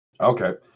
Okay